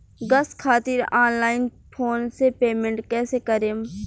Gas खातिर online phone से payment कैसे करेम?